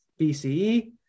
BCE